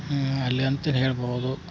ಅಲ್ಲಿ ಅಂತು ಹೇಳಬಹುದು